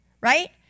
right